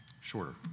shorter